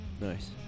Nice